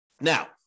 Now